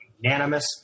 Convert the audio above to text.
unanimous